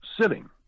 sitting